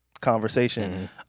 conversation